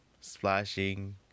Splashing